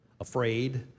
afraid